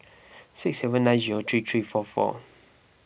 six seven nine zero three three four four